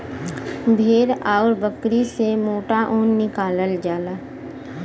भेड़ आउर बकरी से मोटा ऊन निकालल जाला